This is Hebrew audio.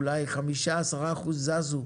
אולי 5-10 אחוז זזו.